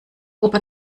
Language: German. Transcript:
opa